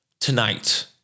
tonight